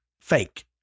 fake